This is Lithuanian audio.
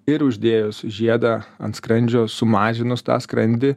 ir uždėjus žiedą ant skrandžio sumažinus tą skrandį